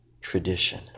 tradition